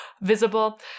Visible